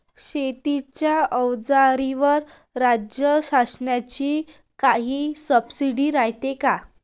शेतीच्या अवजाराईवर राज्य शासनाची काई सबसीडी रायते का?